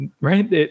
right